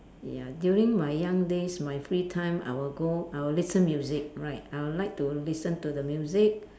ya during my young days my free time I will go I will listen music right I would like to listen to the music